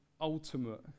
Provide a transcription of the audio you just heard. ultimate